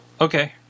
Okay